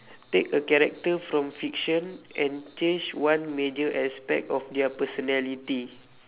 take a character from fiction and change one major aspect of their personality